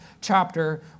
chapter